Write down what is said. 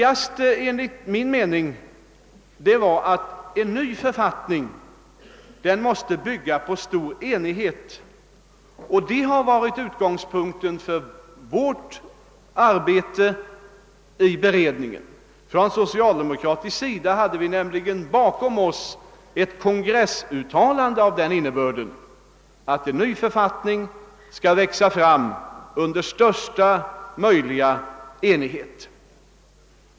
Det enligt min mening viktigaste var att en nya författning måste komma till under stor enighet, och det har varit utgångspunkten för vårt arbete i beredningen. Från socialdemokratisk sida hade vi som bakgrund ett kongressuttalande av den innebörden att den nya författningen skulle växa fram under största möjliga enighet.